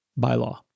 bylaw